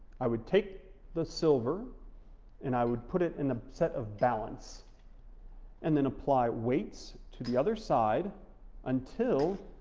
i would take the silver and i would put it in a set of balance and then apply weights to the other side until